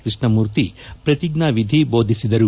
ಕೃಷ್ಣಮೂರ್ತಿ ಪ್ರಕಿಜ್ಞಾವಿಧಿ ಬೋಧಿಸಿದರು